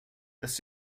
das